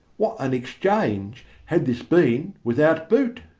what an exchange had this been without boot?